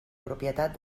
propietat